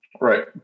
Right